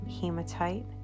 Hematite